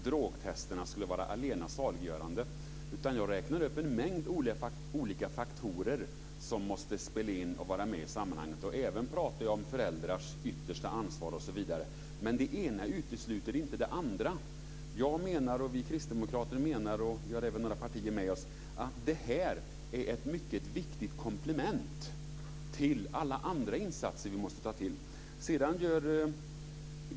Fru talman! Gunnel Wallin, jag sade aldrig att drogtest är allena saliggörande. I stället räknade jag upp en mängd olika faktorer som spelar in och som måste finnas med i sammanhanget. Jag talade även om föräldrars yttersta ansvar osv. Det ena utesluter dock inte det andra. Jag och vi kristdemokrater, liksom några partier till, menar att det här är ett mycket viktigt komplement till alla andra insatser som vi måste ta till.